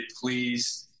please